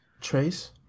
trace